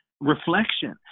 reflection